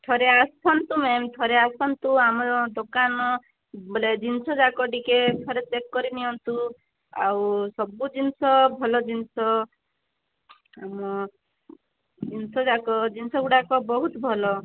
ଥରେ ଆସନ୍ତୁ ମ୍ୟାମ୍ ଥରେ ଆସନ୍ତୁ ଆମ ଦୋକାନ ବୋଲେ ଜିନିଷଯାକ ଟିକିଏ ଥରେ ଚେକ୍ କରି ନିଅନ୍ତୁ ଆଉ ସବୁ ଜିନିଷ ଭଲ ଜିନିଷ ଜିନିଷ ଯାକ ଜିନିଷ ଗୁଡ଼ାକ ବହୁତ ଭଲ